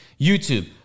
YouTube